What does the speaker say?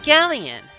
Galleon